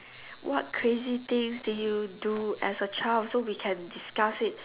what crazy things did you do as a child so we can discuss it